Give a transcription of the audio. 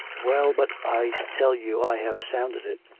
well, but i tell you i have sounded it.